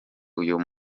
uyu